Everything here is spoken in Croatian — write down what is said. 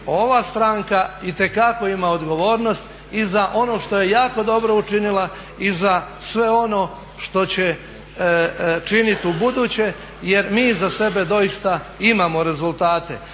Ova stranka itekako ima odgovornost i za ono što je jako dobro učinila i za sve ono što će činiti u buduće, jer mi iza sebe doista imamo rezultate.